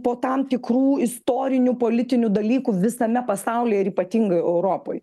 po tam tikrų istorinių politinių dalykų visame pasaulyje ir ypatingai europoj